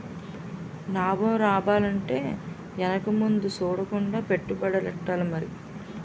నాబం రావాలంటే ఎనక ముందు సూడకుండా పెట్టుబడెట్టాలి మరి